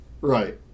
Right